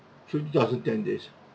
twenty thousand ten days